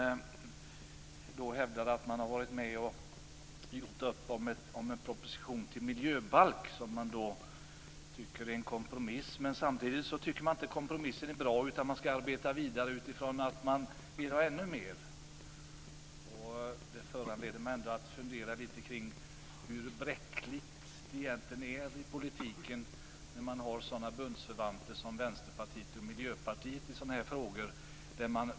Man hävdar att man har varit med om en uppgörelse om en proposition om en miljöbalk, som man tycker är en kompromiss. Man tycker dock inte att kompromissen är bra utan skall arbeta vidare utifrån att få ännu mer. Detta föranleder mig att fundera litet kring hur bräckligt det kan vara i politiken med bundsförvanter som Vänsterpartiet och Miljöpartiet i sådana här frågor.